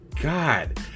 god